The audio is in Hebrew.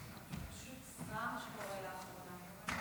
רופא בתוך סניף קופת חולים.